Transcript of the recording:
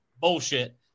Bullshit